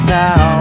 now